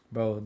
Bro